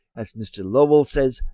as mr. lowell says,